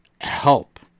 help